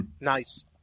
Nice